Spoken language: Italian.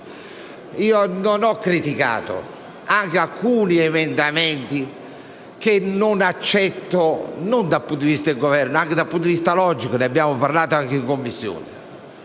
io non ho criticato alcuni emendamenti che non accetto non dal punto di vista del Governo, ma da un punto di vista logico (ne abbiamo parlato anche in Commissione).